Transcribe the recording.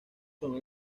son